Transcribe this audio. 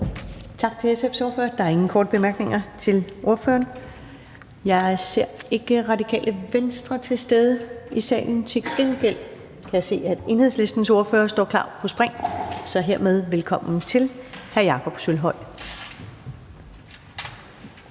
Tak til SF's ordfører. Der er ingen korte bemærkninger til ordføreren. Jeg kan ikke se Radikale Venstres ordfører i salen, men til gengæld kan jeg se, at Enhedslistens ordfører står på spring, så jeg siger hermed velkommen til hr. Jakob Sølvhøj.